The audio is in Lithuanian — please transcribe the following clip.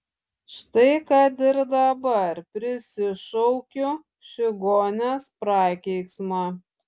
štai kad ir dabar prisišaukiu čigonės prakeiksmą